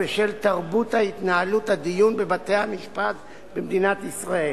בשל תרבות התנהלות הדיון בבתי-המשפט במדינת ישראל.